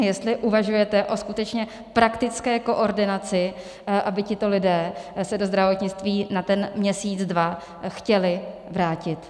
Jestli uvažujete o skutečně praktické koordinaci, aby tito lidé se do zdravotnictví na měsíc, dva chtěli vrátit.